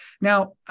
Now